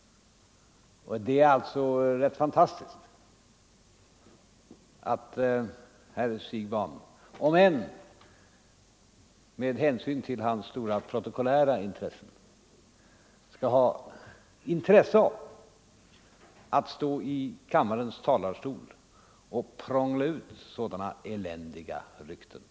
Det är alltså rätt fantastiskt att herr Siegbahn — även med hänsyn till hans stora protokollära intressen — kan finna det värt att stå i kammarens talarstol och prångla ut sådana eländiga rykten.